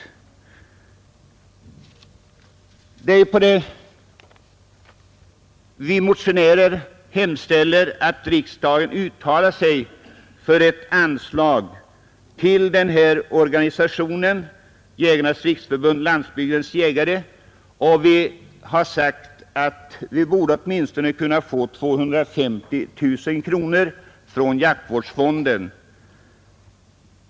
Vi motionärer hemställer att riksdagen uttalar sig för ett anslag till organisationen Jägarnas riksförbund—Landsbygdens jägare. Vi har ansett att vi borde få åtminstone 250 000 kronor från jaktvårdsfonden.